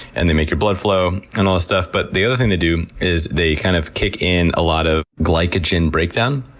and they make your blood flow and all that stuff. but the other thing they do is they kind of kick in a lot of glycogen breakdown.